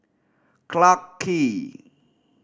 Clarke Quay